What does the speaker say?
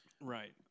Right